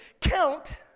count